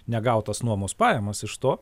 negautas nuomos pajamas iš to